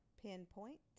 pinpoint